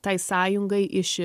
tai sąjungai iš